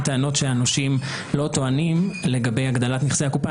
טענות שהנושים לא טוענים לגבי הגדלת נכסי הקופה.